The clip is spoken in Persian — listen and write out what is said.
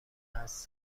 حدس